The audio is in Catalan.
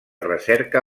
recerca